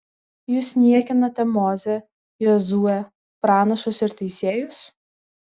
jūs niekinate mozę jozuę pranašus ir teisėjus